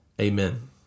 Amen